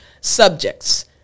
subjects